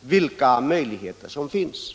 och vilka möjligheter till detta som finns.